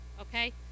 okay